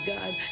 God